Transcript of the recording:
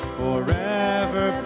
forever